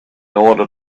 order